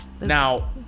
now